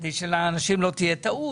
שלא תהיה טעות,